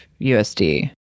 USD